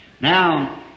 Now